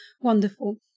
wonderful